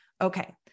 Okay